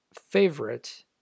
favorite